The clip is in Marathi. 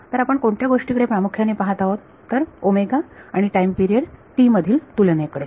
तर आपण कोणत्या गोष्टीकडे प्रामुख्याने पाहत आहोत तर आणि टाईम पिरियड मधील तुलनेकडे